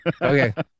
Okay